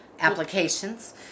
Applications